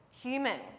human